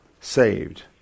Saved